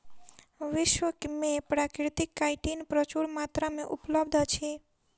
विश्व में प्राकृतिक काइटिन प्रचुर मात्रा में उपलब्ध अछि